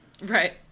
Right